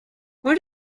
where